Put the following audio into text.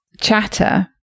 chatter